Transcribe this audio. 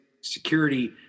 security